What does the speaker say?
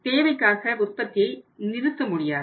நாம் தேவைக்காக உற்பத்தியை நிறுத்த முடியாது